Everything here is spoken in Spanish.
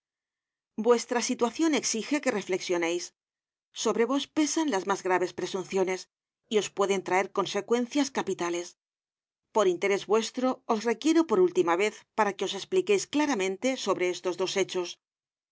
vuestra situacion exige que reflexioneis sobre vos pesan las mas graves presunciones y os pueden traer consecuencias capita les por interés vuestro os requiero por última vez para que os espli queis claramente sobre estos dos hechos